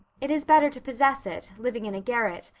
it is better to possess it, living in a garret,